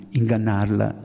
ingannarla